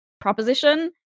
proposition